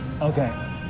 Okay